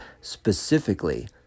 specifically